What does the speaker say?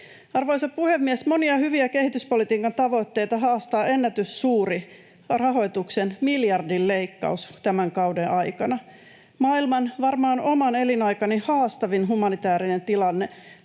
Arvoisa puhemies! Monia hyviä kehityspolitiikan tavoitteita haastaa ennätyssuuri rahoituksen miljardin leikkaus tämän kauden aikana. Maailman varmaan oman elinaikani haastavin humanitäärinen tilanne